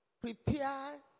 prepare